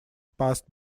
passed